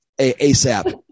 ASAP